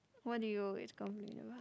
what do you